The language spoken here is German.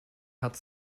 hat